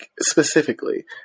specifically